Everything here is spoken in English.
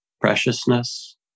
preciousness